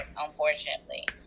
unfortunately